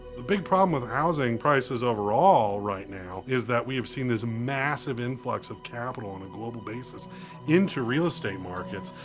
the big problem with housing prices overall right now is that we've seen this massive influx of capital on a global basis into real estate markets,